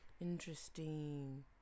Interesting